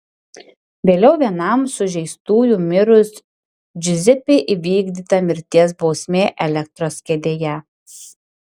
vėliau vienam sužeistųjų mirus džiuzepei įvykdyta mirties bausmė elektros kėdėje